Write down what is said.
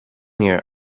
here